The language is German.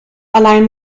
allein